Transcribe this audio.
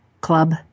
club